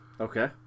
Okay